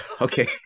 Okay